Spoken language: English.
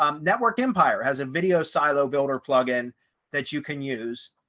um network empire has a video silo builder plugin that you can use.